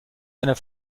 einer